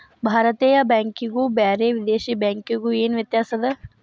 ಭಾರತೇಯ ಬ್ಯಾಂಕಿಗು ಬ್ಯಾರೆ ವಿದೇಶಿ ಬ್ಯಾಂಕಿಗು ಏನ ವ್ಯತ್ಯಾಸದ?